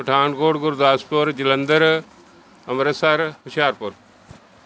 Pathankot Gurdaspur Jalandhar Amritsar Hoshiarpur